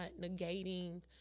negating